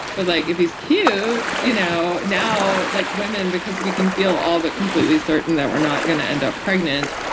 but like if he's cute you know, now like women, because we can feel but completely certain that we're not going to end up pregnant,